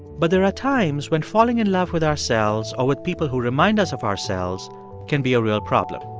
but there are times when falling in love with ourselves or with people who remind us of ourselves can be a real problem